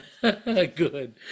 Good